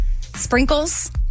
sprinkles